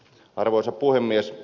arvoisa puhemies